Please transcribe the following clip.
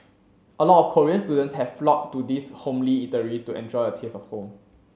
a lot of Korean students have flocked to this homely eatery to enjoy a taste of home